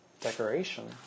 decoration